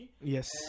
Yes